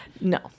No